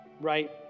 right